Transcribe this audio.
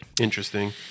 interesting